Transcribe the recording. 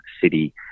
city